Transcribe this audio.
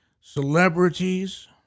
celebrities